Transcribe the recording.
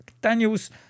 Daniels